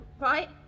right